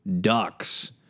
ducks